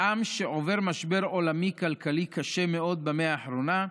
לעם שעובר משבר עולמי כלכלי קשה מאוד במאה האחרונה,